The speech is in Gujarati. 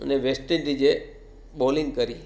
અને વેસ્ટઇંડીઝે બોલિંગ કરી